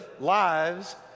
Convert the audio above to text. lives